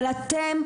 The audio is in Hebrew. אבל אתם,